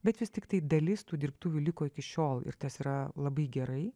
bet vis tiktai dalis tų dirbtuvių liko iki šiol ir tas yra labai gerai